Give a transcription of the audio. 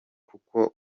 kuko